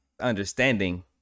understanding